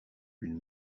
d’une